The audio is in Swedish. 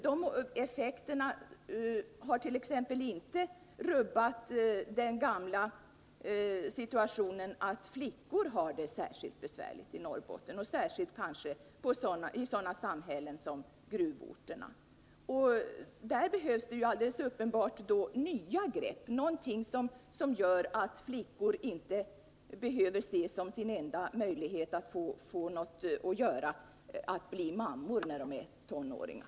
De insatser som gjorts har t.ex. inte rubbat den gamla situationen att flickor har det särskilt besvärligt i Norrbotten, speciellt i sådana samhällen som gruvorterna. Där behövs alldeles uppenbart nya grepp — någonting som gör att flickor inte behöver se som sin enda möjlighet att få något att göra att bli mammor när de är tonåringar.